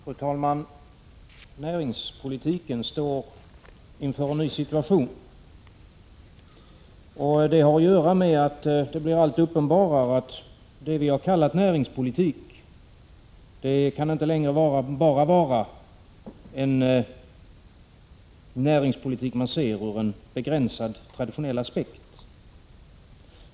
Fru talman! Näringspolitiken står inför en ny situation. Det har att göra med att det blir alltmer uppenbart att det vi har kallat näringspolitik inte längre bara kan vara en näringspolitik man ser ur en begränsad, traditionell aspekt.